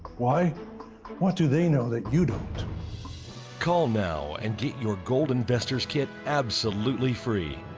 why what do they know that you dont call now and get your gold investors kit absolutely free.